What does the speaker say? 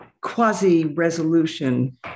quasi-resolution